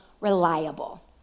reliable